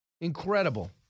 Incredible